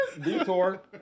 detour